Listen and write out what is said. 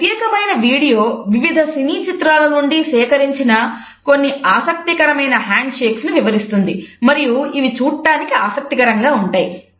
ఈ ప్రత్యేకమైన వీడియో వివిధ సినీ చిత్రాల నుండి సేకరించిన కొన్ని ఆసక్తికరమైన హ్యాండ్ షేక్స్ ను వివరిస్తుంది మరియు ఇవి చూడటానికి ఆసక్తికరంగా ఉంటాయి